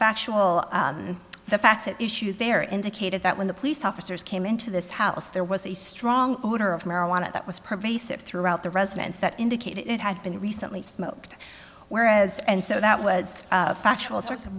factual the facts at issue there indicated that when the police officers came into this house there was a strong odor of marijuana that was pervasive throughout the residence that indicated it had been recently smoked whereas and so that was a factual source of